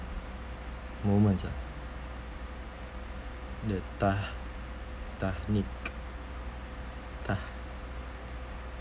moments ah that